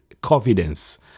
confidence